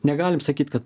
negalim sakyt kad